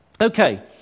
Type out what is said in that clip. Okay